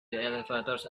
elevators